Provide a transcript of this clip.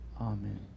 Amen